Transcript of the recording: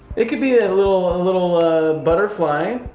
it could be a little ah little butterfly,